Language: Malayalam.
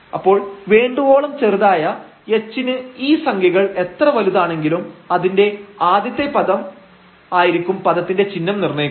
അപ്പോൾ വേണ്ടുവോളം ചെറുതായ h ന് ഈ സംഖ്യകൾ എത്ര വലുതാണെങ്കിലും അതിന്റെ ആദ്യത്തെ പദം ആയിരിക്കും പദത്തിന്റെ ചിഹ്നം നിർണയിക്കുന്നത്